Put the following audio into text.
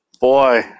Boy